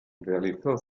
realizó